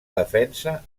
defensa